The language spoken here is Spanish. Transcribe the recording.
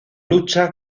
lucha